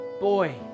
Boy